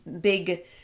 big